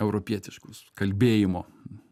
europietiškus kalbėjimo